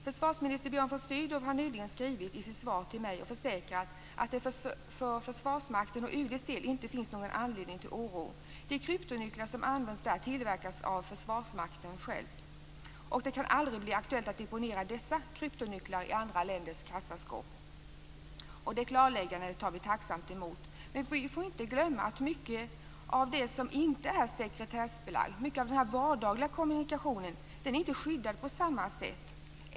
Försvarsminister Björn von Sydow har nyligen i ett svar till mig försäkrat att det för Försvarsmaktens och UD:s del inte finns någon anledning till oro. De kryptonycklar som används där tillverkas av Försvarsmakten själv. Det kan aldrig bli aktuellt att deponera dessa kryptonycklar i andra länders kassaskåp. Det klarläggandet tar vi tacksamt emot. Men vi får inte glömma att mycket av det som inte är sekretessbelagt, mycket av den vardagliga kommunikationen, inte är skyddad på samma sätt.